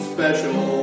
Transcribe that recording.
Special